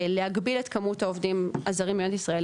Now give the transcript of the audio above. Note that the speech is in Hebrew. להגביל את כמות העובדים הזרים במדינת ישראל,